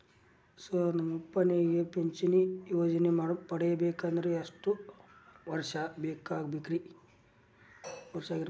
Sir ನನ್ನ ಅಪ್ಪನಿಗೆ ಪಿಂಚಿಣಿ ಯೋಜನೆ ಪಡೆಯಬೇಕಂದ್ರೆ ಎಷ್ಟು ವರ್ಷಾಗಿರಬೇಕ್ರಿ?